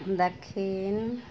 ᱫᱟᱠᱷᱤᱱ